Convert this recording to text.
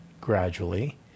gradually